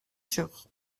sur